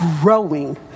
growing